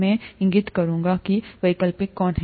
मैं इंगित करूंगा कि वैकल्पिक कौन हैं